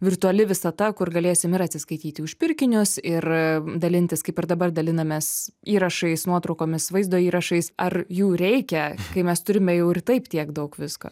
virtuali visata kur galėsim ir atsiskaityti už pirkinius ir dalintis kaip ir dabar dalinamės įrašais nuotraukomis vaizdo įrašais ar jų reikia kai mes turime jau ir taip tiek daug visko